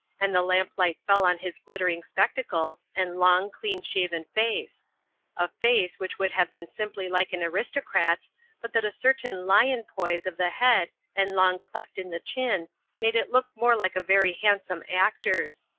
and the lamplight fell on his glittering spectacles and long, clean-shaven face a face which would have been simply like an aristocrat's but that a certain lion poise of the head and long cleft in the chin made it look more like a very handsome actor's.